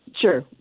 Sure